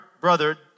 brother